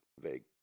vague